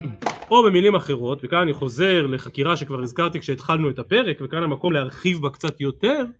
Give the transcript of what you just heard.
או במילים אחרות, וכאן אני חוזר לחקירה שכבר הזכרתי כשהתחלנו את הפרק, וכאן המקום להרחיב בה קצת יותר